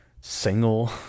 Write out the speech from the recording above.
single